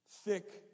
thick